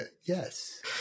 Yes